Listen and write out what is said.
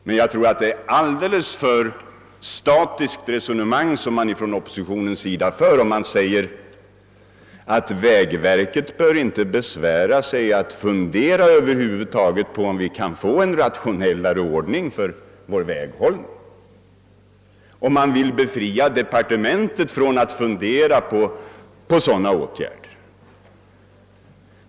Det är ett alldeles för statiskt resonemang oppositionen för, då man säger att vägverket över huvud taget inte bör besvära sig med att fundera på om vi kan få en rationellare ordning för vår väghållning och t.o.m. vill befria departementet från att tänka på sådana åtgärder.